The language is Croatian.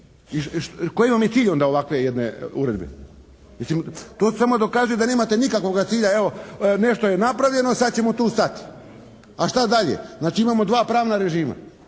Koji vam je cilj onda ovakve jedne uredbe? Mislim, to samo dokazuje da nemate nikakvoga cilja. Evo, nešto je napravljeno, sad ćemo tu stati. A šta dalje? Znači, imamo dva pravna režima.